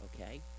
okay